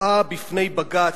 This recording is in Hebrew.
הובאה בפני בג"ץ,